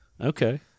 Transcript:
Okay